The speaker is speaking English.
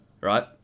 right